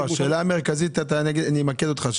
לא, השאלה המרכזית, אני אמקד אותך.